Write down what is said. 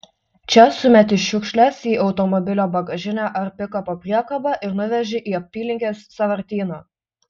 čia sumeti šiukšles į automobilio bagažinę ar pikapo priekabą ir nuveži į apylinkės sąvartyną